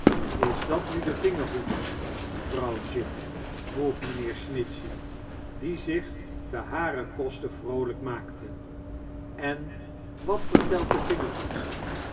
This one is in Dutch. is dat nu de vingerhoed vrouwtje vroeg mijnheer snitchey die zich te haren koste vroolijk maakte en wat vertelt de vingerhoed